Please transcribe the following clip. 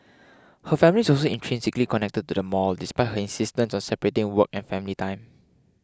her family is also intrinsically connected to the mall despite her insistence on separating work and family time